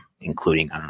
including